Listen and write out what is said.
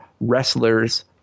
wrestlers